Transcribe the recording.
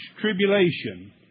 tribulation